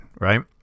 right